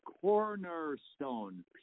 cornerstone